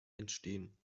entstehen